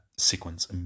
sequence